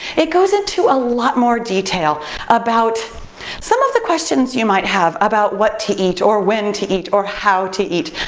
it goes into a lot more detail about some of the questions you might have about what to eat or when to eat or how to eat.